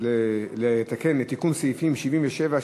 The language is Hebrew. תיקון סעיפים 77,